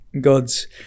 God's